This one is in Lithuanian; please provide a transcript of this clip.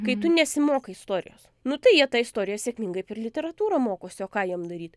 kai tu nesimokai istorijos nu tai jie tą istoriją sėkmingai per literatūrą mokosi o ką jiem daryt